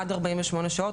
עד 48 שעות,